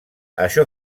això